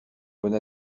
bonne